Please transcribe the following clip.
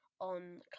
on